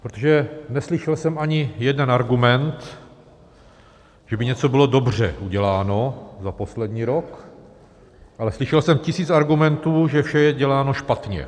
Protože neslyšel jsem ani jeden argument, že by něco bylo dobře uděláno za poslední rok, ale slyšel jsem tisíc argumentů, že vše je děláno špatně.